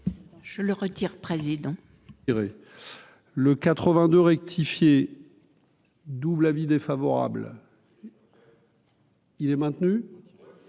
je le retire, président le 82 rectifié double avis défavorable. Il est maintenu,